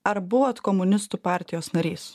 ar buvot komunistų partijos narys